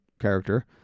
character